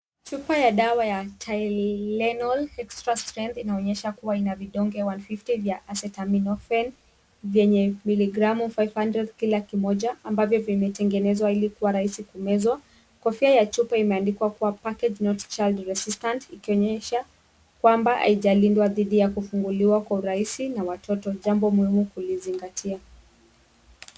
Chuba ya dawa ya tylenol extra strength inaonyesha kuwa ina vidonge one fifty ya Eztab venye milikramu five hundred kila kimoja ambapo vimetengenezwa ili kuwa rahisi kumezwa. Kofia ya chuba imeandikwa kuwa Emballe non child resistant ikionyesha kwamba haijalindwa dhidi ya kufunguliwa kwa urahisi na watoto jambo muhimu kulizingatia.